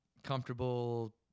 Comfortable